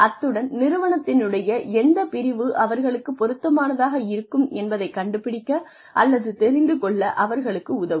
அத்துடன் நிறுவனத்தினுடைய எந்த பிரிவு அவர்களுக்குப் பொருத்தமானதாக இருக்கும் என்பதைக் கண்டுபிடிக்க அல்லது தெரிந்து கொள்ள அவர்களுக்கு உதவும்